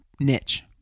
niche